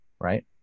right